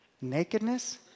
Nakedness